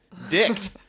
dicked